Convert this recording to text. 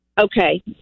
Okay